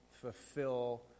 Fulfill